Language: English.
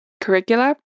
curricula